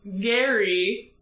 Gary